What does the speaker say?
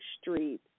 Street